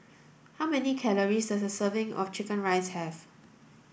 how many calories a serving of chicken rice have